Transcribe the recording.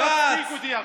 אתה מצחיק אותי עכשיו.